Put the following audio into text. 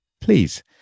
please